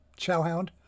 ChowHound